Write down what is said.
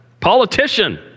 Politician